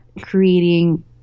creating